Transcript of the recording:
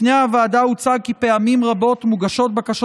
בפני הוועדה הוצג כי פעמים רבות מוגשות בקשות